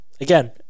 Again